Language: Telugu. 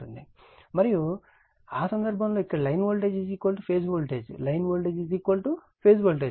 మరియు ఆ సందర్భంలో ఇక్కడ line voltage phase voltage line voltage phase voltage